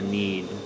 need